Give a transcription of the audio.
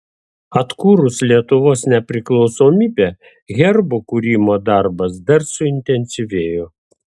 atkūrus lietuvos nepriklausomybę herbų kūrimo darbas dar suintensyvėjo